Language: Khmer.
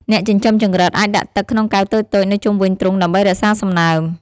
អ្នកចិញ្ចឹមចង្រិតអាចដាក់ទឹកក្នុងកែវតូចៗនៅជុំវិញទ្រុងដើម្បីរក្សាសំណើម។